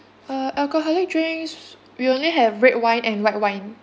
uh alcoholic drinks we only have red wine and white wine